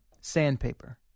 sandpaper